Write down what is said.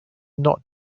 not